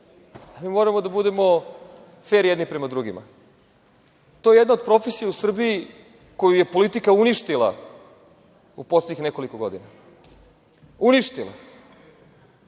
Mi moramo da budemo fer jedni prema drugima. To je jedna od profesija u Srbiji koji je politika uništila u poslednjih nekoliko godina. Umešala